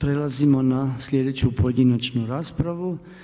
Prelazimo na sljedeću pojedinačnu raspravu.